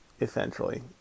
essentially